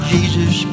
Jesus